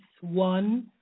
one